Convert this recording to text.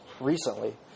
recently